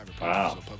Wow